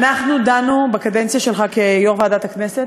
אנחנו דנו בקדנציה שלך כיושב-ראש ועדת הכנסת,